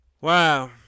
Wow